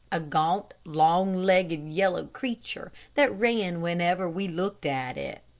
a gaunt, long-legged, yellow creature, that ran whenever we looked at it.